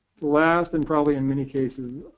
last, and, probably in many cases,